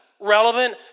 relevant